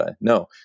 No